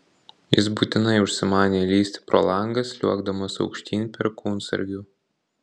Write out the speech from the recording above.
jis būtinai užsimanė įlįsti pro langą sliuogdamas aukštyn perkūnsargiu